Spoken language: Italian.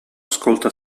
ascolta